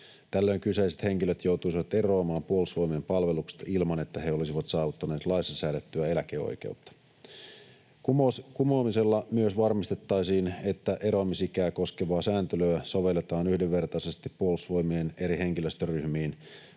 Tällöin kyseiset henkilöt joutuisivat eroamaan Puolustusvoimien palveluksesta ilman, että he olisivat saavuttaneet laissa säädettyä eläkeoikeutta. Kumoamisella myös varmistettaisiin, että eroamisikää koskevaa sääntelyä sovelletaan yhdenvertaisesti Puolustusvoimien eri henkilöstöryhmiin